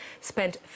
spent